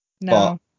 no